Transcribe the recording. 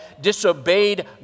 disobeyed